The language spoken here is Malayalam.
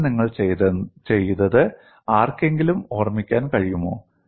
കോഴ്സിൽ നിങ്ങൾ ചെയ്തത് ആർക്കെങ്കിലും ഓർമിക്കാൻ കഴിയുമോ